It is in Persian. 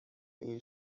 این